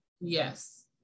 Yes